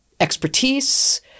Expertise